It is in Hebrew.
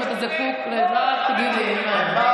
אם אתה זקוק לעזרה רק תגיד לי, אין בעיה.